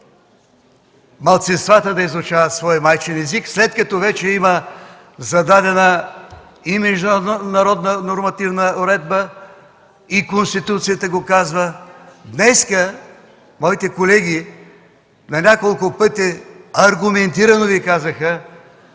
малцинствата да изучават своя майчин език, след като вече има издадена международна нормативна уредба, а и Конституцията го казва? Днес моите колеги на няколко пъти аргументирано Ви казаха